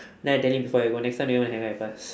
then I tell him before I go next time never hang out with us